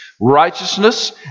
righteousness